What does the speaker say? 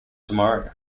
tomorrow